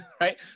right